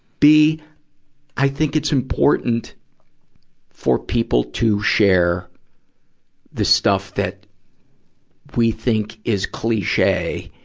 b i think it's important for people to share the stuff that we think is cliche,